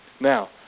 Now